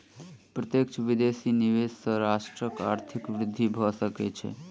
प्रत्यक्ष विदेशी निवेश सॅ राष्ट्रक आर्थिक वृद्धि भ सकै छै